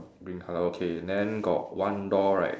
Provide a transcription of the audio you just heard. green colour okay then got one door right